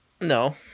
no